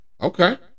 okay